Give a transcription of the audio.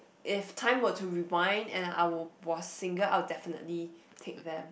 if time were to rewind and I would was single I will definitely pick them